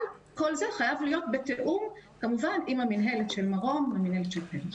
אבל כל זה חייב להיות בתיאום עם המנהלת של מרום והמנהלת של פר"ח.